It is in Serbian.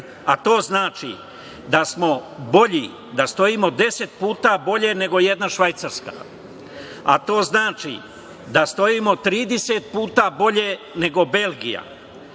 ili nije? To znači da stojimo 10 puta bolje nego jedna Švajcarska, a to znači da stojimo 30 puta bolje nego Belgija,